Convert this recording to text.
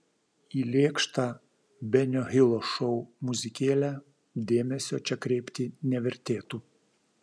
į lėkštą benio hilo šou muzikėlę dėmesio čia kreipti nevertėtų